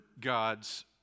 God's